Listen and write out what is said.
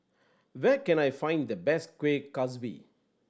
where can I find the best Kuih Kaswi